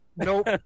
Nope